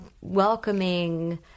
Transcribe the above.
welcoming